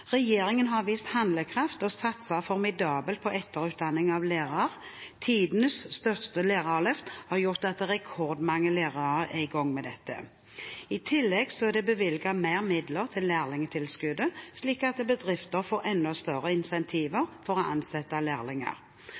Regjeringen har vist handlekraft og satset formidabelt på etterutdanning av lærere. Tidenes største lærerløft har gjort at rekordmange lærere er i gang med dette. I tillegg er det bevilget flere midler til lærlingtilskuddet, slik at bedrifter får enda større incentiver til å ansette lærlinger.